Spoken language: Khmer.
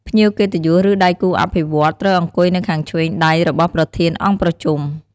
ភ្ញៀវកិត្តិយស ឬដៃគូអភិវឌ្ឍន៍ ត្រូវអង្គុយនៅខាងឆ្វេងដៃរបស់ប្រធានអង្គប្រជុំ។